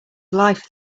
life